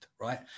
right